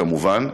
כמובן,